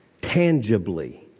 tangibly